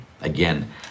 Again